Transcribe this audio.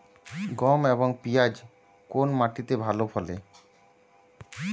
গম এবং পিয়াজ কোন মাটি তে ভালো ফলে?